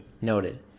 Noted